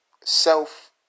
self